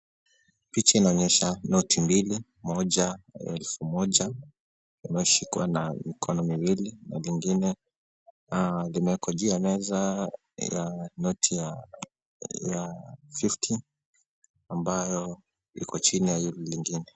Picha inaonyesha noti mbili, moja 1000 imeshikwa na mkono miwili na nyingine limewekwa juu ya meza ya noti ya 50 ambayo iko chini ya hili lingine.